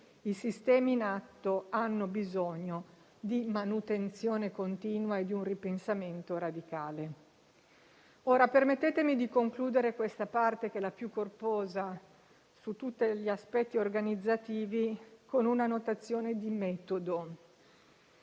I sistemi in atto hanno bisogno di manutenzione continua e di un ripensamento radicale. Permettetemi di concludere questa parte, che è la più corposa, su tutti gli aspetti organizzativi, con una notazione di metodo.